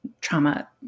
trauma